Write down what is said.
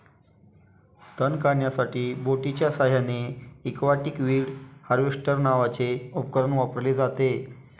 तण काढण्यासाठी बोटीच्या साहाय्याने एक्वाटिक वीड हार्वेस्टर नावाचे उपकरण वापरले जाते